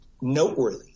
noteworthy